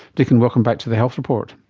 dicken, welcome back to the health report.